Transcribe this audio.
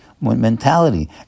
mentality